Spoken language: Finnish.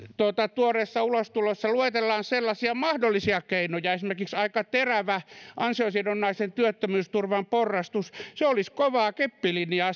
tuoreessa ulostulossa luetellaan sellaisia mahdollisia keinoja esimerkiksi aika terävä ansiosidonnaisen työttömyysturvan porrastus se olisi kovaa keppilinjaa